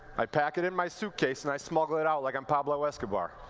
i pack it in my suitcase and i smuggle it out like i'm pablo escobar.